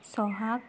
ᱥᱚᱦᱟᱜᱽ